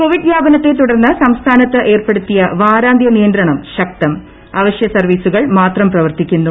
Covid വ്യാപനത്തെ തുടർന്ന് സംസ്ഥാനത്ത് ന് ഏർപ്പെടുത്തിയ വാരാന്തൃ നിയന്ത്രണം ശക്തം അവശൃ സർവീസുകൾ മാത്രം പ്രവർത്തിക്കുന്നു